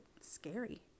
scary